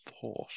thought